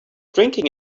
drinking